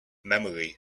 memory